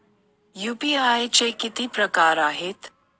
UPI चे किती प्रकार आहेत?